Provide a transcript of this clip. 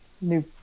new